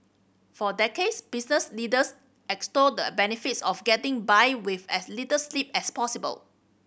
for decades business leaders extolled the benefits of getting by with as little sleep as possible